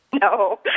No